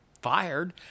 Fired